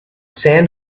sand